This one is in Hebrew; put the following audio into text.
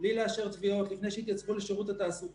להיכנס לדקויות של ההגדרה כרגע